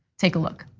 take a look.